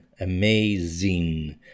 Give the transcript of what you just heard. amazing